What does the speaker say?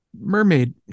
mermaid